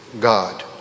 God